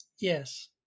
Yes